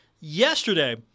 yesterday